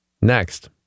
Next